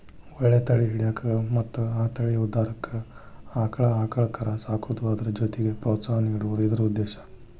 ಒಳ್ಳೆ ತಳಿ ಹಿಡ್ಯಾಕ ಮತ್ತ ಆ ತಳಿ ಉದ್ಧಾರಕ್ಕಾಗಿ ಆಕ್ಳಾ ಆಕಳ ಕರಾ ಸಾಕುದು ಅದ್ರ ಜೊತಿಗೆ ಪ್ರೋತ್ಸಾಹ ನೇಡುದ ಇದ್ರ ಉದ್ದೇಶಾ